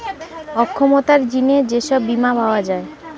অক্ষমতার জিনে যে সব বীমা পাওয়া যায়